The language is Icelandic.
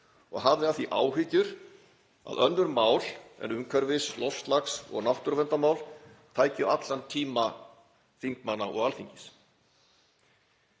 og hafði af því áhyggjur að önnur mál en umhverfis-, loftslags- og náttúruverndarmál tækju allan tíma þingmanna og Alþingis.